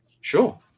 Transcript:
Sure